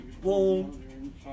Boom